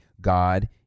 God